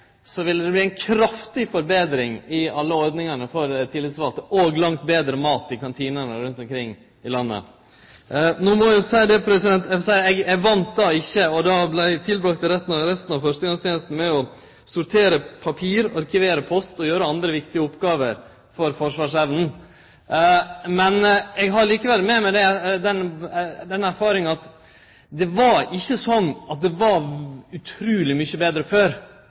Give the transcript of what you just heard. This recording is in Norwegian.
ville det verte ei kraftig forbetring i alle ordningane for tillitsvalde, og langt betre mat i kantinane rundt omkring i landet. Eg vann ikkje, og brukte resten av førstegongstenesta til å sortere papir, arkivere post og gjere andre viktige oppgåver for forsvarsevna. Eg har likevel med meg den erfaringa at det ikkje var utruleg mykje betre før når det gjeld praktiseringa av verneplikta i Noreg. Snarare tvert imot trur eg vi kan slå fast at det er mogleg det var mykje betre